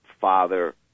father